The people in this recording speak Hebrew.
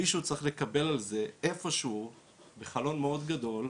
מישהו צריך לקבל על זה איפשהו בחלון מאוד גדול,